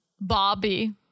Bobby